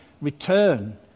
return